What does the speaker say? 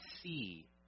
see